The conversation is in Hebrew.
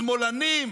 "שמאלנים",